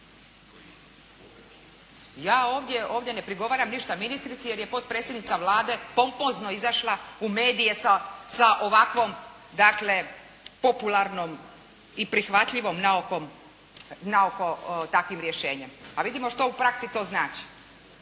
Ja ovdje ne prigovaram ništa ministrici, jer je potpredsjednica Vlade pompozno izašla u medije sa ovakvom dakle popularnom i prihvatljivom naoko takvim rješenjem, a vidimo što u praksi to znači.